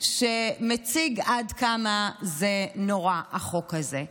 שמציג עד כמה נורא החוק הזה.